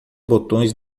botões